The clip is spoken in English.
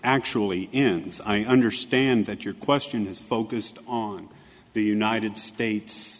actually ends i understand that your question is focused on the united states